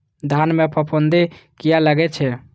धान में फूफुंदी किया लगे छे?